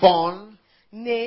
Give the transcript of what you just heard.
Born